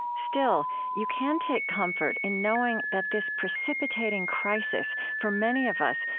still, you can take comfort in knowing that this precipitating crisis, for many of us,